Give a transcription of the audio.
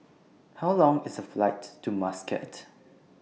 How Long IS The Flight to Muscat